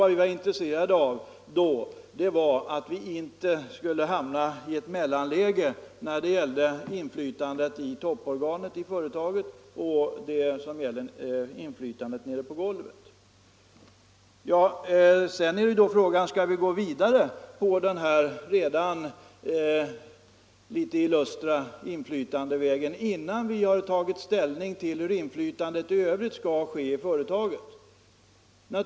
Vad vi var intresserade av då var att vi inte skulle hamna i ett mellanläge när det gällde inflytandet i företagets topporgan och i fråga om inflytande ”på golvet”. Sedan är då frågan: Skall vi gå vidare på den här litet illustra inflytandevägen, innan vi har tagit ställning till hur inflytandet i övrigt skall ske i företagen?